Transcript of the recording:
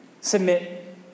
submit